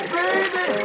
baby